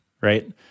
right